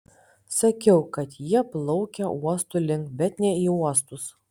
sakiau kad jie plaukia uostų link bet ne į uostus